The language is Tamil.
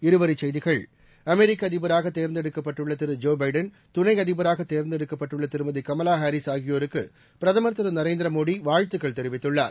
இருவரிச்செய்திகள் அமெரிக்க அதிபராக தேர்ந்தெடுக்கப்பட்டுள்ள திரு ஜோ தேர்ந்தெடுக்கப்பட்டுள்ள திருமதி கமலா ஹாரிஸ் ஆகியோருக்கு பிரதமர் திரு நரேந்திர மோதி வாழ்த்துக்கள் தெரிவித்துள்ளார்